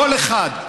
קול אחד,